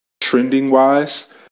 trending-wise